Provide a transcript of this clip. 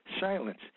Silence